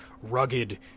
rugged